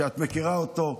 שאת מכירה אותו,